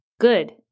good